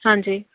ਹਾਂਜੀ